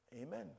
Amen